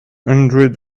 hundreds